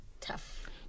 tough